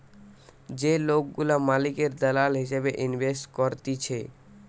যে লোকগুলা মালিকের দালাল হিসেবে ইনভেস্ট করতিছে